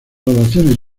oraciones